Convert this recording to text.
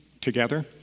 together